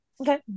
okay